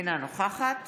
אינה נוכחת